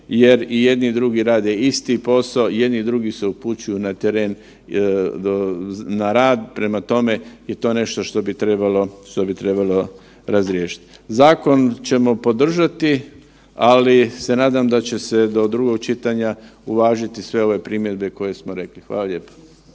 jer i jedni i drugi rade isti posao, jedni i drugi se upućuje na teren na rad, prema tome, i to je nešto što bi trebalo razriješiti. Zakon ćemo podržati, ali se nadam da će se do drugog čitanja uvažiti sve ove primjedbe koje smo rekli. Hvala lijepo.